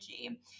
energy